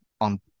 on